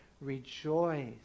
rejoice